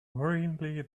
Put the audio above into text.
worryingly